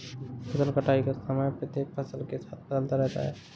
फसल कटाई का समय प्रत्येक फसल के साथ बदलता रहता है